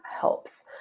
helps